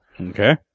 Okay